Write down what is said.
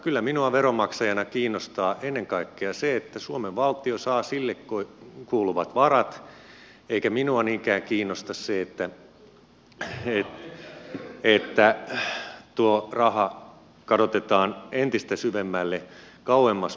kyllä minua veronmaksajana kiinnostaa ennen kaikkea se että suomen valtio saa sille kuuluvat varat eikä minua niinkään kiinnosta se että tuo raha kadotetaan entistä syvemmälle kauemmas veroparatiiseihin